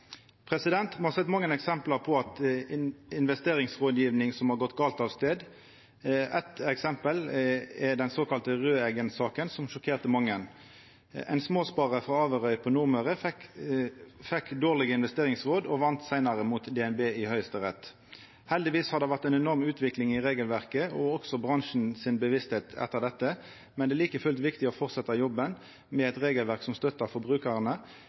Me har sett mange eksempel på investeringsrådgjeving som har bore gale i veg. Eit eksempel er den såkalla Røeggen-saka, som sjokkerte mange. Ein småsparar frå Averøy på Nordmøre fekk dårlege investeringsråd og vann seinare mot DNB i Høgsterett. Heldigvis har det vore ei enorm utvikling når det gjeld både regelverket og bransjen si bevisstheit etter dette, men det er like fullt viktig å fortsetja jobben med eit regelverk som støttar